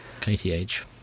kth